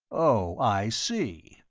oh, i see,